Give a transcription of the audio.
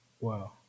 Wow